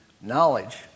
Knowledge